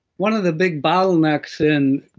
one of the big bottlenecks in